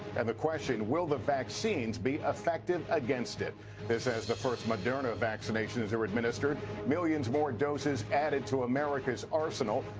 and the question, will the vaccines be effective against it this as the first moderna vaccinations are administered millions more doses added to america's arsenal.